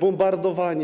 bombardowaniem.